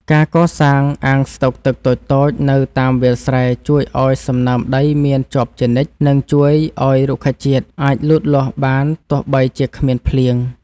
ការកសាងអាងស្តុកទឹកតូចៗនៅតាមវាលស្រែជួយឱ្យសំណើមដីមានជាប់ជានិច្ច និងជួយឱ្យរុក្ខជាតិអាចលូតលាស់បានទោះបីជាគ្មានភ្លៀង។